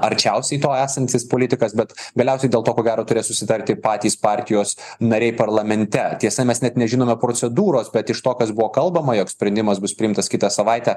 arčiausiai to esantis politikas bet galiausiai dėl to ko gero turės susitarti patys partijos nariai parlamente tiesa mes net nežinome procedūros kad iš to kas buvo kalbama jog sprendimas bus priimtas kitą savaitę